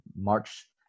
March